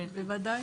בוודאי.